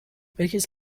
welches